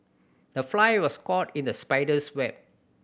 the fly was caught in the spider's web